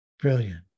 brilliant